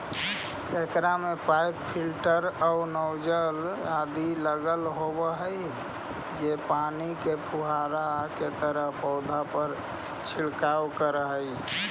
एकरा में pump filter आउ नॉजिल आदि लगल होवऽ हई जे पानी के फुहारा के तरह पौधा पर छिड़काव करऽ हइ